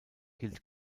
hielt